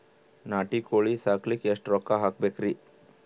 ನಾಟಿ ಕೋಳೀ ಸಾಕಲಿಕ್ಕಿ ಎಷ್ಟ ರೊಕ್ಕ ಹಾಕಬೇಕ್ರಿ?